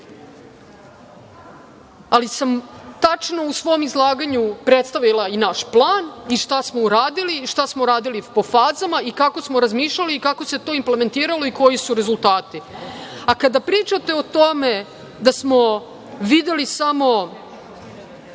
Ali, tačno sam u svom izlaganju predstavila i naš plan, šta smo uradili, šta smo uradili po fazama i kako smo razmišljali, kako se to implementiralo i koji su rezultati. Kada pričate o tome da smo videli samo